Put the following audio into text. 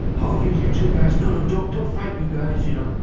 oh you you two guys, no, no don't don't fight you guys you know.